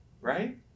Right